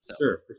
sure